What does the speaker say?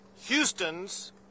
Houstons